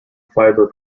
fiber